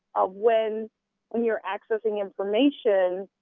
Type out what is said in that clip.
ah when when you're accessing information.